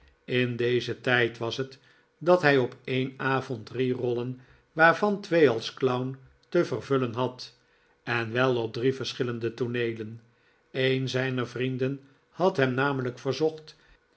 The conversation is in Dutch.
in dezen tijd was het dat hij op een avond drie rollen waarvan twee als clown te vervullen had en wel op drie verschilende tooneelen ben zijner vrienden had hem namelijk verzocht